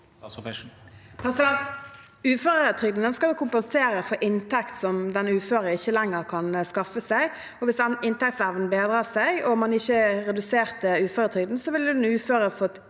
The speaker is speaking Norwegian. Uføretryg- den skal kompensere for inntekt den uføre ikke lenger kan skaffe seg. Hvis inntektsevnen bedret seg, og man ikke reduserte uføretrygden, ville den uføre fått